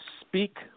speak